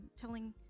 telling